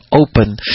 open